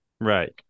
right